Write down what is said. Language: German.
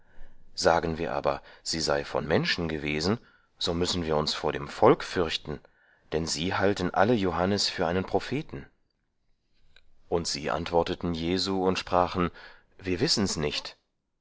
sagen wir aber sie sei von menschen gewesen so müssen wir uns vor dem volk fürchten denn sie halten alle johannes für einen propheten und sie antworteten jesu und sprachen wir wissen's nicht